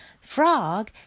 Frog